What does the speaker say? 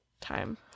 time